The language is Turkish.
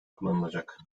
kullanılacak